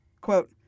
quote